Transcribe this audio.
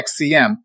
XCM